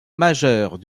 majeure